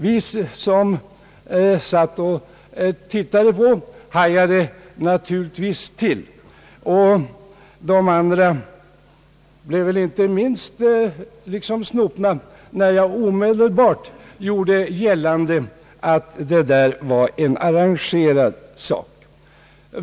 Vi som tittade på hajade naturligtvis till, och de andra blev väl inte minst snopna när jag omedelbart gjorde gällande att detta var en arrangerad sak.